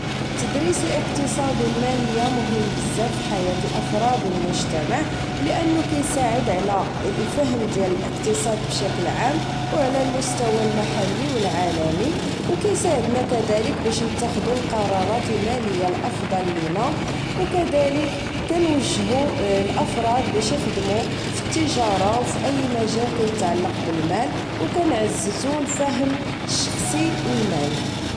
تدريس الاقتصاد و المالية مهم بزاف فحياة الافراد و المجتمع لانه كيساعد على الفهم ديال الاقتصاد بشكل عام و على المستوى المحلي و العالمي و كيساعدنا كدالك باش نتخدو القرارات المالية الافضل لينا و كدالك كنوجهو الافراد باش اخدمو التجارة و فاي مجال كيتعلق بالمال و كنعززو الفهم الشخصي للمال